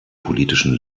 politischen